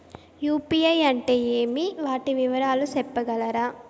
UPI అంటే ఏమి? వాటి వివరాలు సెప్పగలరా?